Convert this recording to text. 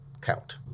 count